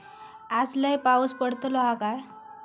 आज लय पाऊस पडतलो हा काय?